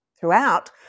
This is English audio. throughout